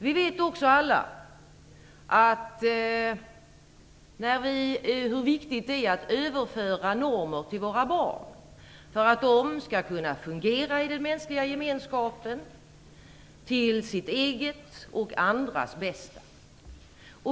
Vi vet också alla hur viktigt det är att överföra normer till våra barn för att de skall kunna fungera i den mänskliga gemenskapen till sitt eget och andras bästa.